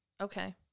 Okay